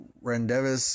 rendezvous